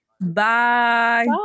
Bye